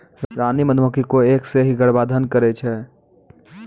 रानी मधुमक्खी कोय एक सें ही गर्भाधान करै छै